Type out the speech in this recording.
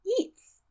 eats